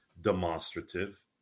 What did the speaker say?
demonstrative